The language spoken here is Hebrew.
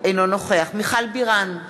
אינו נוכח מיכל בירן,